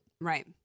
Right